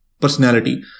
personality